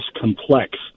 complex